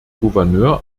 gouverneur